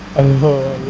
of the